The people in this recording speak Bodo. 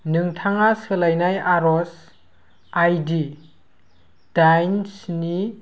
नोंथाङा सोलायनाय आरज आइडि दाइन स्नि